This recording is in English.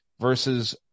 versus